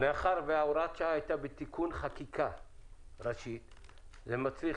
שזה דבר שמצריך